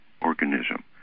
organism